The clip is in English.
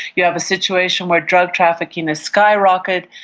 you have a situation where drug trafficking has skyrocketed,